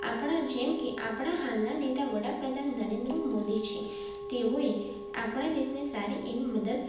આપણા જેમ કે આપણા હાલના નેતા વડાપ્રધાન નરેન્દ્ર મોદી છે તેઓએ આપણા દેશને સારી એવી મદદ